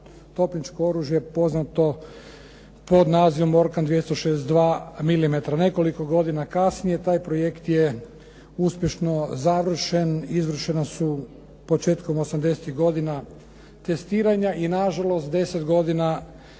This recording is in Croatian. topničko oružje poznato pod nazivom Orkan 262 mm. Nekoliko godina kasnije taj projekt je uspješno završen. Izvršena su početkom osamdesetih godina testiranja i na žalost 10 godina kasnije